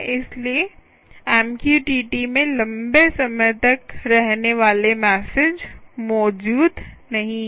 इसलिए MQTT में लंबे समय तक रहने वाले मेसेज मौजूद नहीं हैं